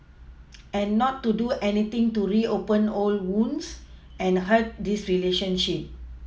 and not to do anything to reopen old wounds and hurt this relationship